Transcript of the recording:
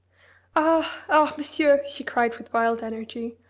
ah! ah! monsieur, she cried with wild energy.